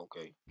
Okay